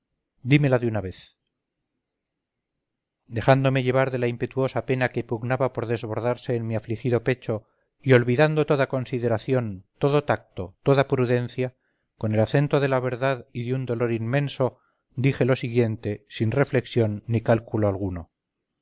dímela de una vez dejándome llevar de la impetuosa pena que pugnaba por desbordarse en mi afligido pecho y olvidando toda consideración todo tacto toda prudencia con el acento de la verdad y de un dolor inmenso dije lo siguiente sin reflexión ni cálculo alguno